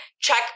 check